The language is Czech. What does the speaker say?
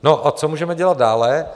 No a co můžeme dělat dále?